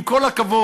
עם כל הכבוד,